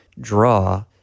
draw